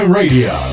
radio